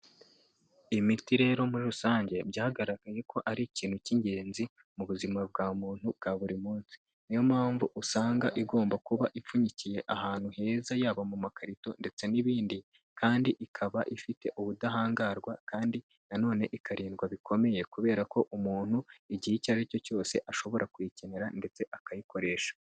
Imiti rero muri rusange byagaragaye ko ari ikintu cy'ingenzi mu buzima bwa muntu bwa buri munsi, niyo mpamvu usanga igomba kuba ipfunyikiye ahantu heza, yaba mu makarito ndetse n'ibindi kandi ikaba ifite ubudahangarwa kandi na none ikarindwa bikomeye kubera ko umuntu igihe icyo ari cyo cyose ashobora kuyikenera ndetse akayikoresha.